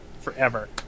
forever